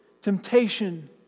temptation